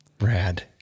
rad